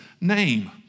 name